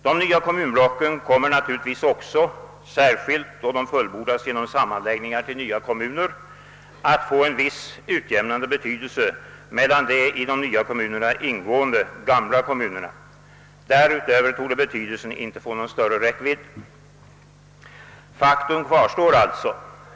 De nya kommunblocken kommer naturligtvis också — särskilt då de fullbordas genom sammanläggningar till nya kommuner — att få en viss utjämnande betydelse mellan de i de nya kommunerna ingående gamla kommunerna. Därutöver torde åtgärden inte få någon större räckvidd. Faktum kvarstår alltså.